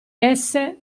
esse